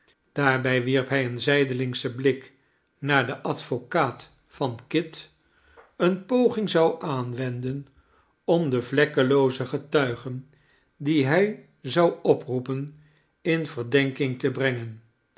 daarbij wierp hij een zijdelingschen blik naar den advocaat van kit eene poging zou aanwenden om de vlekkelooze getuigen die hij zou oproepen in verdenking te brengen